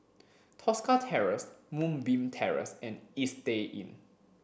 Tosca Terrace Moonbeam Terrace and Istay Inn